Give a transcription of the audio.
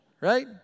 Right